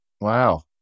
Wow